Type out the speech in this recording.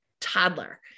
toddler